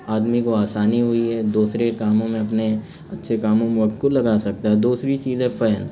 آدمی کو آسانی ہوئی ہے دوسرے کاموں میں اپنے اچھے کاموں میں وقت کو لگا سکتا ہے دوسری چیز ہے فین